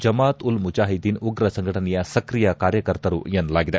ಜಮಾತ್ ಉಲ್ ಮುಜಾಹಿದ್ಲೀನ್ ಉಗ್ರ ಸಂಘಟನೆಯ ಸಕ್ರಿಯ ಕಾರ್ಯಕರ್ತರು ಎನ್ನಲಾಗಿದೆ